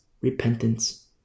repentance